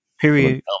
Period